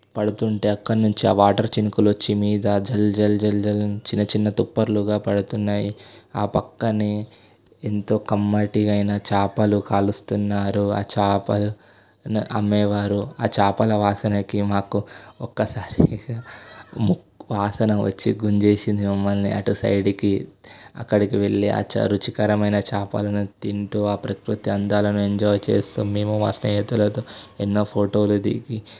పడుతుంటే అక్కడ నుంచి ఆ వాటర్ చినుకులు వచ్చి మీద జల్ జల్ జల్ జల్ అని చిన్న చిన్న తుంపర్లుగా పడుతున్నాయి ఆ పక్కన్న ఎంతో కమ్మటి అయిన చేపలు కాలుస్తున్నారు ఆ చేపలు అమ్మేవారు ఆ చేపల వాసనకి మాకు ఒక్కసారిగా ముక్కు వాసన వచ్చి గుంజేసింది మమ్మల్ని అటు సైడ్కి అక్కడికి వెళ్ళి ఆ చే రుచికరమైన చేపలను తింటు ఆ ప్రకృతి అందాలను ఎంజాయ్ చేస్తు మేము మా స్నేహితులతో ఎన్నో ఫోటోలు దిగి